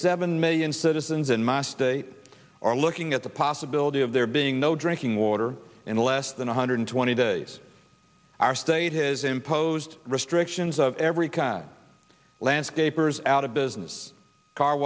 seven million citizens in my state are looking at the possibility of there being no drinking water in less than one hundred twenty days our state has imposed restrictions of every cat landscapers out of business car